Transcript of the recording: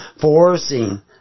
forcing